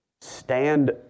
stand